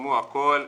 סיכמו הכול,